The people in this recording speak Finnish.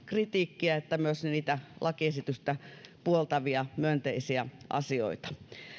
kritiikkiä että myös lakiesitystä puoltavia myönteisiä asioita